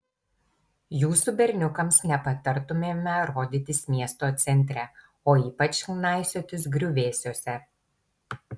jūsų berniukams nepatartumėme rodytis miesto centre o ypač knaisiotis griuvėsiuose